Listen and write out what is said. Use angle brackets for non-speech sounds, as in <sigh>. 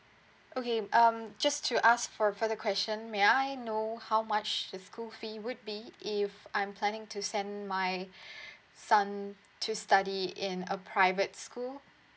okay um just to ask for further question may I know how much the school fee would be if I'm planning to send my <breath> son to study in a private school